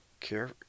care